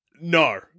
No